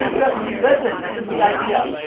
good. listen, this is the idea.